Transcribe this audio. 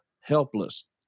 helpless